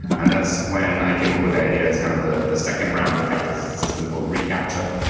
and that's when i came up with the idea. it's kind of the the second round of captchas. it's this system called recaptcha,